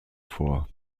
vor